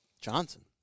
Johnson